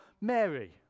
Mary